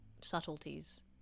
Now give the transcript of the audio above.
subtleties